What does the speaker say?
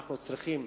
אנחנו צריכים,